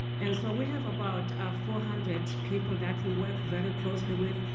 and so, we have about four hundred people that we work very closely with.